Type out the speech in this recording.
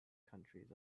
countries